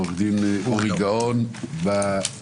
עורך דין אורי גאון בזום.